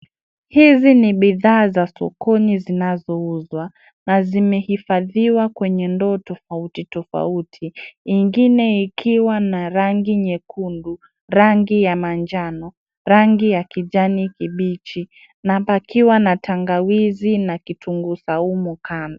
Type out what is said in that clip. Hizi ni bidhaa za sokoni zinazouzwa na zimehifadhiwa kwenye ndoo tofauti tofauti nyengine ikiwa na rangi nyekundu, rangi ya manjano, rangi ya kijani kibichi na pakiwa na tangawizi na kitunguu saumu kando.